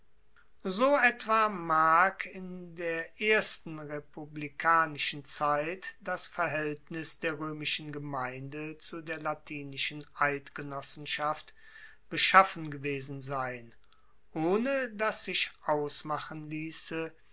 so etwa mag in der ersten republikanischen zeit das verhaeltnis der roemischen gemeinde zu der latinischen eidgenossenschaft beschaffen gewesen sein ohne dass sich ausmachen liesse